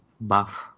buff